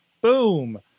Boom